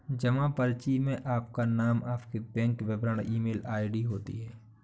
जमा पर्ची में आपका नाम, आपके बैंक विवरण और ईमेल आई.डी होती है